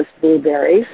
blueberries